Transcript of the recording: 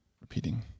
repeating